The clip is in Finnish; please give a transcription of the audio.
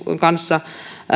kanssa